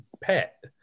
pet